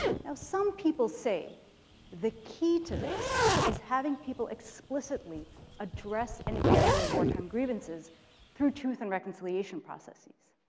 now some people say the key to this is having people explicitly address and air their wartime grievances through truth and reconciliation processes.